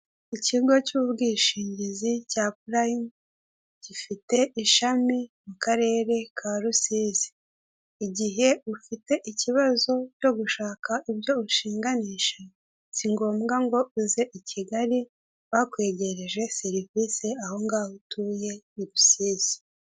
Ikigo cy'ubwishingizi cya purayime gifite ishami mu karere ka Rusizi. Igihe ufite ikibazo K'ibyo ushinganisha si ngombwa ngo uze i Kigali, bakwegereje serivise aho ngaho utuye irusizi.